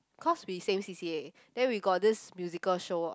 cause we same C_C_A then we got this musical show